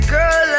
Girl